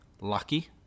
Lucky